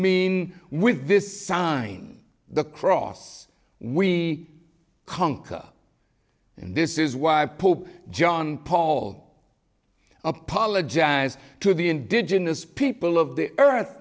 mean with this sign the cross we conquer and this is why i put john paul apologize to the indigenous people of the earth